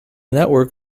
network